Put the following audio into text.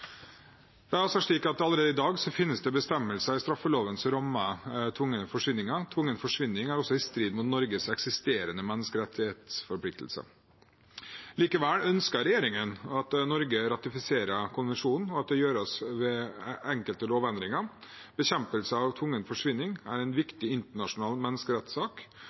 Allerede i dag finnes det bestemmelser i straffeloven som rammer tvungne forsvinninger. Tvungen forsvinning er også i strid med Norges eksisterende menneskerettighetsforpliktelser. Likevel ønsker regjeringen at Norge ratifiserer konvensjonen, og at det gjøres enkelte lovendringer. Bekjempelse av tvungen forsvinning er en viktig internasjonal menneskerettssak.